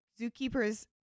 zookeepers